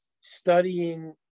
studying